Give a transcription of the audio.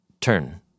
turn